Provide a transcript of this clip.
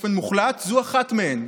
באופן מוחלט, זו אחת מהן,